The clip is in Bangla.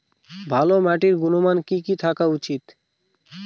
ভালো মাটির গুণমান কি কি থাকা উচিৎ?